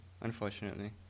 unfortunately